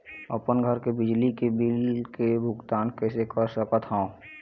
अपन घर के बिजली के बिल के भुगतान कैसे कर सकत हव?